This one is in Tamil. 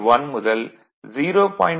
1 முதல் 0